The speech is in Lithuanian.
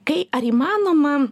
kai ar įmanoma